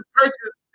purchase